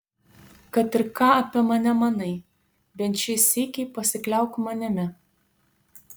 kad ir ką apie mane manai bent šį sykį pasikliauk manimi